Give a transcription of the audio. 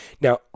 Now